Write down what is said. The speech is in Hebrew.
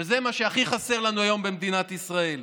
וזה מה שהכי חסר לנו היום במדינת ישראל.